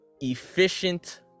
efficient